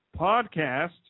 podcast